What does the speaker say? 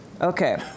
Okay